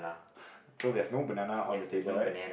so there's no banana on the table right